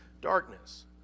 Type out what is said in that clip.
darkness